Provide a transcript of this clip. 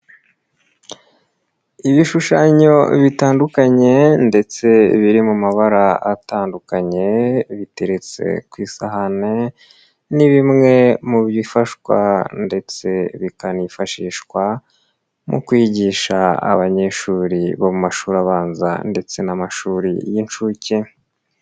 Ibishushanyo bitandukanye ndetse biri mu mabara atandukanye, biteretse ku isahani ni bimwe mu bifashwa ndetse bikanifashishwa mu kwigisha abanyeshuri mu mashuri abanza ndetse n'amashuri y'inshuke.